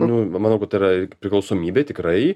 nu manau kad tai yra ir priklausomybė tikrai